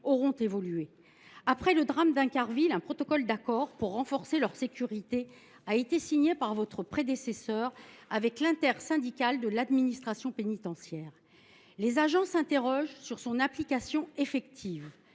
auront évolué. Après le drame d’Incarville, un protocole d’accord pour renforcer la sécurité des agents a été signé par votre prédécesseur avec l’intersyndicale de l’administration pénitentiaire. Toutefois, les agents s’interrogent sur son application effective.